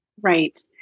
Right